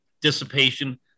dissipation